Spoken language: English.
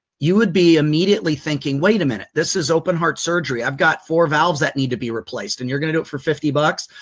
you would be immediately thinking wait a minute. this is open-heart surgery. i've got four valves that need to be replaced and you're going to do it for fifty bucks?